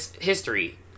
history